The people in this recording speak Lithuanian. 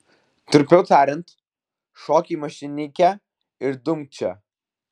trumpiau tariant šok į mašinikę ir dumk čia